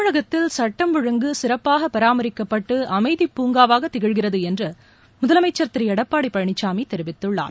தமிழகத்தில் சுட்டம் ஒழுங்கு சிறப்பாக பராமரிக்கப்பட்டு அமைதி பூங்காவாக திகழ்கிறது என்று முதலமைச்சர் திரு எடப்பாடி பழனிசாமி தெரிவித்துள்ளார்